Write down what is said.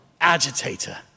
agitator